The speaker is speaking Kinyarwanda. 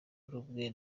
rumwe